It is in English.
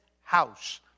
house